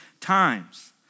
times